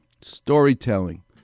Storytelling